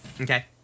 Okay